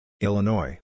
Illinois